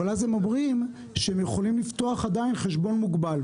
אבל אז הם אומרים שהם יכולים לפתוח עדיין חשבון מוגבל.